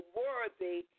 worthy